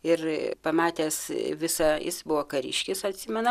ir pamatęs visą jis buvo kariškis atsimenam